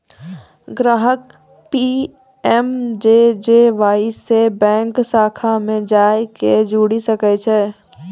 ग्राहक पी.एम.जे.जे.वाई से बैंक शाखा मे जाय के जुड़ि सकै छै